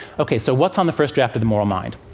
ok, so what's on the first draft of the moral mind?